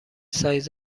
سایز